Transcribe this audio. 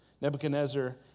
Nebuchadnezzar